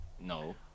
No